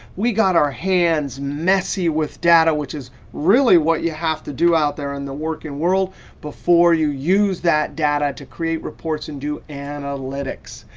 we got our hands messy you with data which is really what you have to do out there in the working world before you use that data to create reports and do analytics.